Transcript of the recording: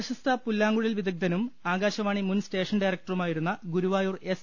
പ്രശസ്ത പുല്ലാങ്കുഴൽ വിദഗ്ധനും ആകാശവാണി മുൻ സ്റ്റേഷൻ ഡയറക്ടറുമായിരുന്ന ഗുരുവായൂർ എസ്